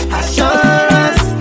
assurance